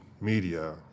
media